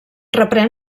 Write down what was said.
reprèn